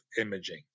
imaging